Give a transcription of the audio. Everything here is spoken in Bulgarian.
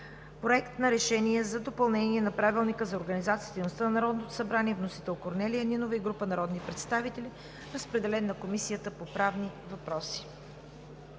Проект на решение за допълнение на Правилника за организацията и дейността на Народното събраните. Вносител – Корнелия Нинова и група народни представители. Разпределен е на Комисията по правни въпроси.